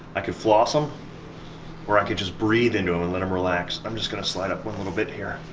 i could floss em or i could just breathe into em and let em relax. i'm just gonna slide up one little bit here.